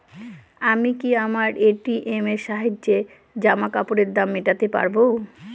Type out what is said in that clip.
আমি কি আমার এ.টি.এম এর সাহায্যে জামাকাপরের দাম মেটাতে পারব?